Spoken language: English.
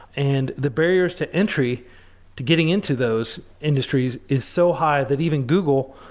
and the barriers to entry to getting into those industries is so high that even google,